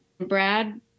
Brad